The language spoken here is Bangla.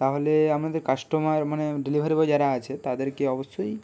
তাহলে আপনাদের কাস্টমার মানে ডেলিভারি বয় যারা আছে তাদেরকে অবশ্যই